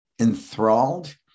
enthralled